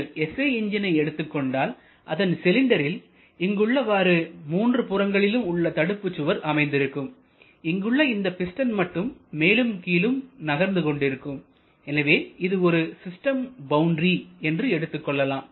ஒரு SI என்ஜினை எடுத்துக்கொண்டால் அதன் சிலிண்டரில் இங்கு உள்ளவாறு மூன்று புறங்களிலும் உள்ள தடுப்பு சுவர் அமைந்திருக்கும் இங்குள்ள இந்தப் பிஸ்டன் மட்டும் மேலும் கீழும் நகர்ந்து கொண்டிருக்கும் எனவே இது ஒரு சிஸ்டம் பவுண்டரி என்று எடுத்துக்கொள்ளலாம்